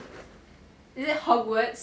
is it hog warts